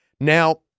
Now